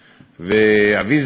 ואבי,